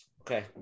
Okay